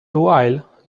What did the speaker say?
while